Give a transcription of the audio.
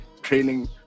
Training